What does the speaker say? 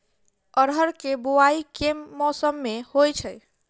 अरहर केँ बोवायी केँ मौसम मे होइ छैय?